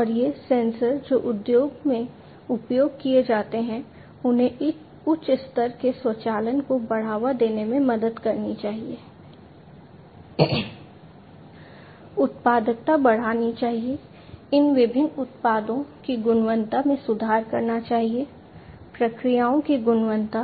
और ये सेंसर जो उद्योग में उपयोग किए जाते हैं उन्हें उच्च स्तर के स्वचालन को बढ़ावा देने में मदद करनी चाहिए उत्पादकता बढ़ानी चाहिए इन विभिन्न उत्पादों की गुणवत्ता में सुधार करना चाहिए प्रक्रियाओं की गुणवत्ता